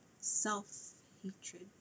self-hatred